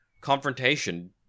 confrontation